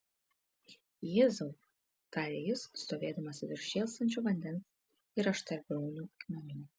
jėzau tarė jis stovėdamas virš šėlstančio vandens ir aštriabriaunių akmenų